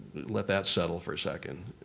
let that settle for a second.